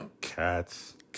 Cats